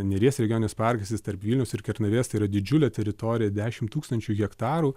neries regioninis parkas jis tarp vilniaus ir kernavės tai yra didžiulė teritorija dešimt tūkstančių hektarų